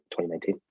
2019